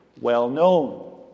well-known